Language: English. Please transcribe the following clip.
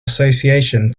association